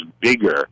bigger